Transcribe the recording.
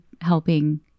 helping